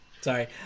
Sorry